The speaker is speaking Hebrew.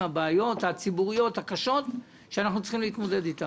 הבעיות הציבוריות הקשות שאנחנו צריכים להתמודד אתן.